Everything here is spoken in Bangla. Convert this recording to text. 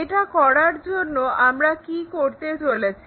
এটা করার জন্য আমরা কি করতে চলেছি